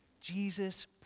Jesus